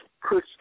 Chris